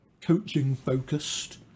coaching-focused